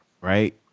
right